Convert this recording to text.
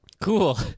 Cool